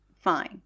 fine